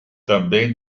também